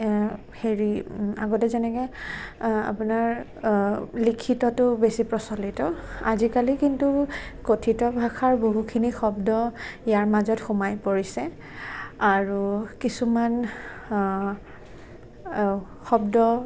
হেৰি আগতে যেনেকৈ আপোনাৰ লিখিতটো বেছি প্ৰচলিত আজিকালি কিন্ত কথিত ভাষাৰ বহুখিনি শব্দ ইয়াৰ মাজত সোমাই পৰিছে আৰু কিছুমান শব্দ